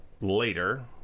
later